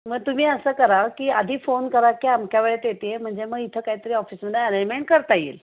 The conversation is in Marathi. मग तुम्ही असं करा की आधी फोन करा की अमक्या वेळेत येते आहे म्हणजे मग इथं काहीतरी ऑफिसमध्ये आरेंजमेंट करता येईल